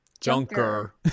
Junker